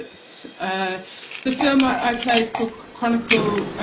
but the film i i play is called chronicle